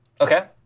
Okay